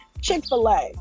Chick-fil-A